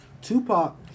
Tupac